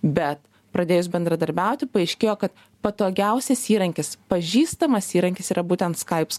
be pradėjus bendradarbiauti paaiškėjo ka patogiausias įrankis pažįstamas įrankis yra būtent skaips